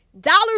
dollars